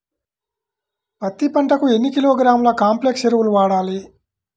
పత్తి పంటకు ఎన్ని కిలోగ్రాముల కాంప్లెక్స్ ఎరువులు వాడాలి?